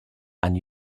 and